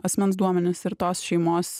asmens duomenis ir tos šeimos